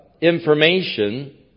information